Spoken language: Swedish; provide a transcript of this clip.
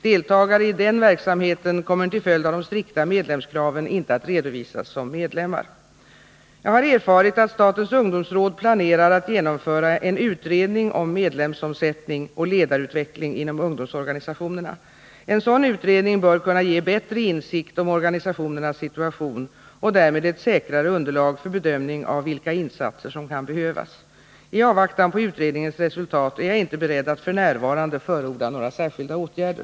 Deltagare i denna verksamhet kommer till följd av de strikta medlemskraven inte att redovisas som medlemmar. Jag har erfarit att statens ungdomsråd planerar att genomföra en utredning om medlemsomsättning och ledarutveckling inom ungdomsorganisationerna. En sådan utredning bör kunna ge bättre insikt om organisationernas situation och därmed ett säkrare underlag för bedömning av vilka insatser som kan behövas. I avvaktan på utredningens resultat är jag inte beredd att f.n. förorda några särskilda åtgärder.